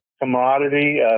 commodity